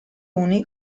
uni